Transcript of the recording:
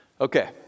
Okay